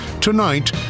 Tonight